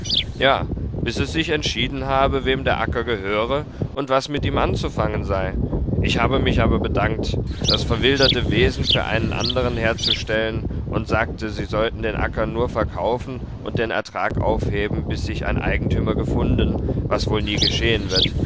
ja bis es sich entschieden habe wem der acker gehöre und was mit ihm anzufangen sei ich habe mich aber bedankt das verwilderte wesen für einen anderen herzustellen und sagte sie sollten den acker nur verkaufen und den ertrag aufheben bis sich ein eigentümer gefunden was wohl nie geschehen wird